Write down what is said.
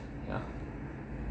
ya